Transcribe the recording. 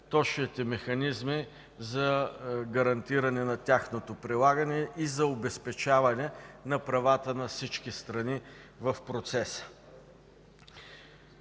точните механизми за гарантиране на тяхното прилагане и за обезпечаване на правата на всички страни в процеса.